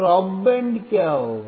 stop band क्या होगा